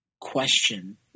question